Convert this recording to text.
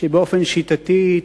שבאופן שיטתי,